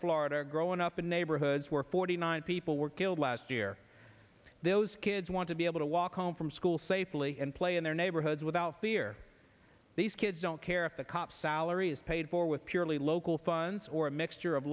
florida growing up in neighborhoods where forty nine people were killed last year those kids want to be able to walk home from school safely and play in their neighborhoods without fear these kids don't care if the cops salaries paid for with purely local funds or a mixture of